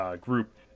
group